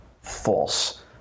false